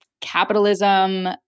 capitalism